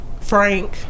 Frank